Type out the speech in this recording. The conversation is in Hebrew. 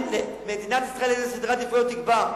מדינת ישראל, איזה סדרי עדיפויות תקבע?